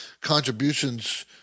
contributions